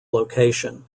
location